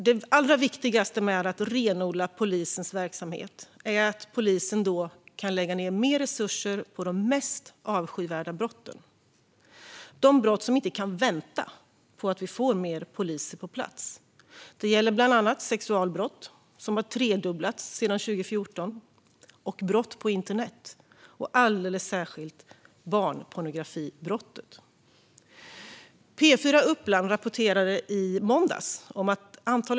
Det allra viktigaste med att renodla polisens verksamhet är att polisen kan lägga ned mer resurser på de mest avskyvärda brotten, som inte kan vänta på att vi får fler poliser på plats. Det gäller bland annat sexualbrott, som har tredubblats sedan 2014, och brott på internet, alldeles särskilt barnpornografibrott.